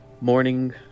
morning